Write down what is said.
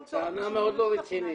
זאת טענה מאוד לא רצינית.